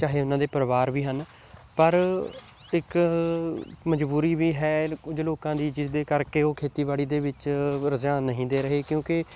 ਚਾਹੇ ਉਹਨਾਂ ਦੇ ਪਰਿਵਾਰ ਵੀ ਹਨ ਪਰ ਇੱਕ ਮਜ਼ਬੂਰੀ ਵੀ ਹੈ ਕੁਝ ਲੋਕਾਂ ਦੀ ਜਿਸ ਦੇ ਕਰਕੇ ਉਹ ਖੇਤੀਬਾੜੀ ਦੇ ਵਿੱਚ ਰੁਝਾਨ ਨਹੀਂ ਦੇ ਰਹੇ ਕਿਉਂਕਿ